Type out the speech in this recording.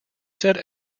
said